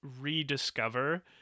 rediscover